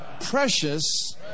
precious